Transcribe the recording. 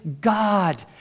God